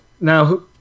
now